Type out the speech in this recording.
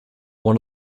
one